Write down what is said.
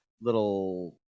little